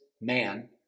man